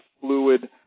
fluid